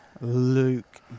Luke